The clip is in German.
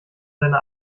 seine